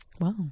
wow